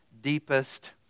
deepest